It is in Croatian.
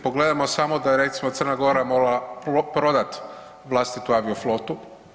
Pogledajmo samo da je recimo Crna Gora morala prodati vlastitu avio flotu.